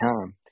time